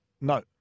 No